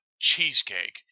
cheesecake